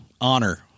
honor